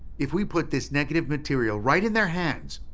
if we put this negative material right in their hands,